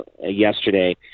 yesterday